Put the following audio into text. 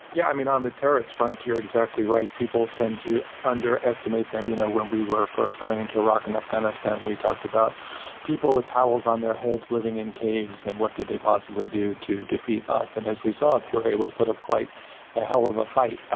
yeah. on the terrorist front, you're exactly right. people tend to underestimate them. you know when we were first going into iraq and afghanistan, we talked about people with towels on their heads, living in caves. and what could they possibly do to defeat us? and as we saw, they were able to put up quite hell of a fight. ah